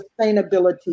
sustainability